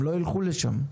הם לא ילכו לשם.